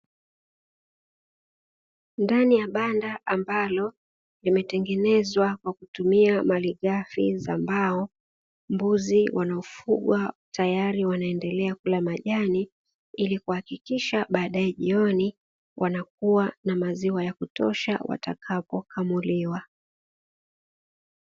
Ndani ya banda ambalo limetengenezwa kwa kutumia malighafi za mbao, mbuzi wanaofugwa tayari wanaendelea kula majani ili kuhakikisha baadae jioni wanakuwa na maziwa ya kutosha watakapokamuliwa.